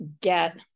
get